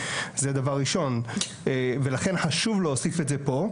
זה דבר ראשון ולכן חשוב להוסיף את זה פה.